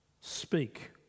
speak